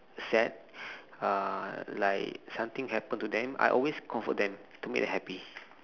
sad uh like something happen to them I always comfort them to make them happy